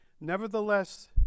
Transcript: Nevertheless